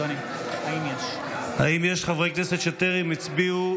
האם יש חברי כנסת שטרם הצביעו,